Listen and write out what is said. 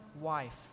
wife